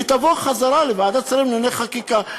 היא תבוא חזרה לוועדת שרים לענייני חקיקה,